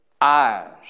eyes